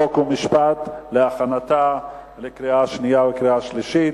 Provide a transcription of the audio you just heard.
חוק ומשפט להכנתה לקריאה שנייה וקריאה שלישית.